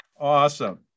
Awesome